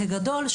כגדול,